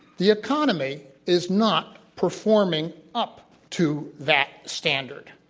the economy is not performing up to that standard.